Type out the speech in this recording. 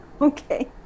okay